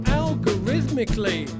algorithmically